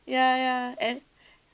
ya ya and